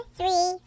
Three